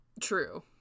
True